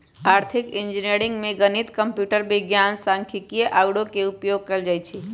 आर्थिक इंजीनियरिंग में गणित, कंप्यूटर विज्ञान, सांख्यिकी आउरो के उपयोग कएल जाइ छै